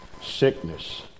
sickness